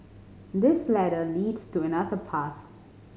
this ladder leads to another path